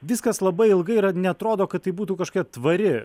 viskas labai ilgai yra neatrodo kad tai būtų kažkokia tvari